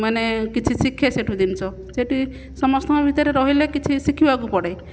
ମାନେ କିଛି ଶିଖେ ସେଇଠୁ ଜିନିଷ ସେଇଠି ସମସ୍ତଙ୍କ ଭିତରେ ରହିଲେ କିଛି ଶିଖିବାକୁ ପଡ଼େ